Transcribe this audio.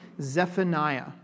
Zephaniah